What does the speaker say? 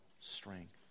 strength